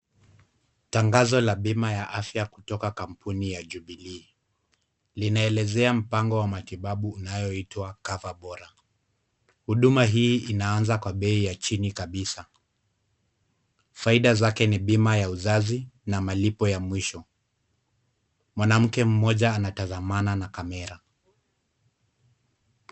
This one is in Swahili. Tangazo la bima la afya kutoka kampuni la Jubilee linaelezea mpango wa matibabu inayoitwa Cover Bora. Huduma hii inaanza kwa bei ya chini kabisa. Faida zake ni bima ya uzazi na malipo ya mwisho. Mwanamke mmoja anatazamana na kamera.